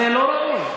זה לא ראוי.